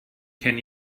can